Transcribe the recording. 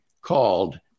called